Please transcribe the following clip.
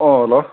ꯑꯣ ꯍꯜꯂꯣ